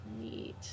neat